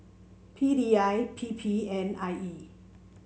P D I P P and I E